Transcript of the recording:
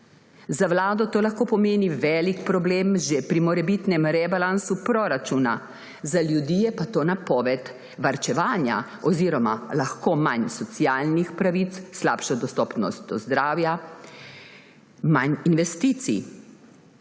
Za vlado to lahko pomeni velik problem že pri morebitnem rebalansu proračuna, za ljudi je pa to napoved varčevanja oziroma lahko manj socialnih pravic, slabša dostopnost do zdravja, manj investicij.